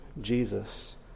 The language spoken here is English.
Jesus